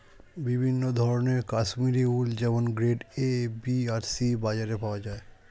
বিভিন্ন ধরনের কাশ্মীরি উল যেমন গ্রেড এ, বি আর সি বাজারে পাওয়া যায়